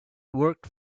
worked